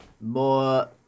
more